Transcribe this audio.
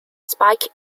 spike